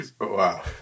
Wow